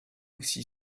aussi